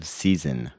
season